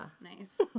Nice